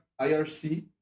IRC